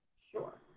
sure.